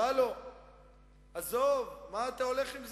אומר, מבטיח,